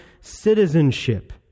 citizenship